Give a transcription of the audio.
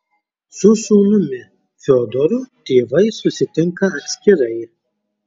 su sūnumi fiodoru tėvai susitinka atskirai